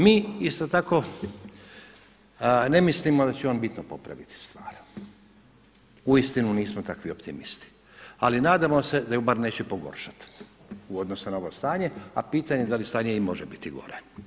Mi isto tako ne mislimo da će on bitno popraviti stvar, uistinu nismo takvi optimisti, ali nadamo se da ju bar neće pogoršati u odnosu na ovo stanje, a pitanje da li stanje i može biti gore.